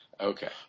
Okay